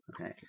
okay